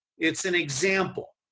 it's an example.